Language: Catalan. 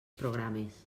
programes